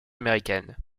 américaine